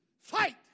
fight